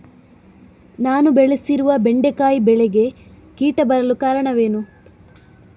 ನಾನು ಬೆಳೆಸಿರುವ ಬೆಂಡೆಕಾಯಿ ಬೆಳೆಗೆ ಕೀಟ ಬರಲು ಕಾರಣವೇನು?